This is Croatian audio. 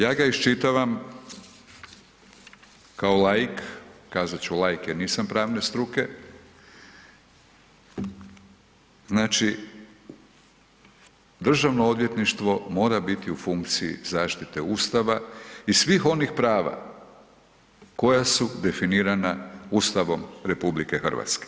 Ja ga iščitavam kao laik, kazat ću laik jer nisam pravne struke, znači Državno odvjetništvo mora biti u funkciji zaštite Ustava i svih onih prava koja su definirana Ustavom RH.